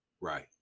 Right